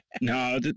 no